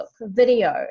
video